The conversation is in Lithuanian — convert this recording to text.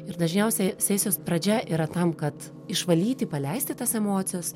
ir dažniausiai sesijos pradžia yra tam kad išvalyti paleisti tas emocijas